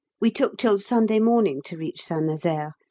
we took till sunday morning to reach st nazaire,